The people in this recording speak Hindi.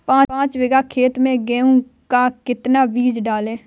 पाँच बीघा खेत में गेहूँ का कितना बीज डालें?